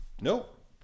nope